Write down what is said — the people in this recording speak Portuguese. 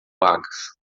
vacas